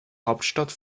hauptstadt